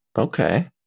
Okay